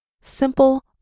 Simple